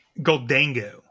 Goldango